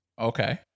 Okay